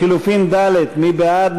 לחלופין ד', מי בעד?